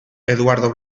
eduardo